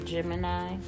Gemini